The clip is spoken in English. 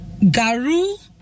Garu